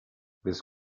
this